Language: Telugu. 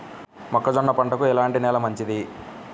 మొక్క జొన్న పంటకు ఎలాంటి నేల మంచిది?